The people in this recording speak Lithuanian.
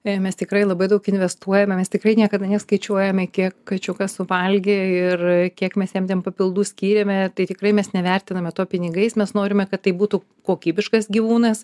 mes tikrai labai daug investuojame mes tikrai niekada neskaičiuojame kiek kačiukas suvalgė ir kiek mes jam ten papildų skyrėme tai tikrai mes nevertiname to pinigais mes norime kad tai būtų kokybiškas gyvūnas